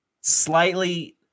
slightly